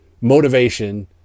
motivation